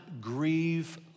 grieve